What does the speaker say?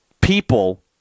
people